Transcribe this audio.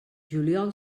juliol